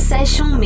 Session